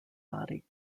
body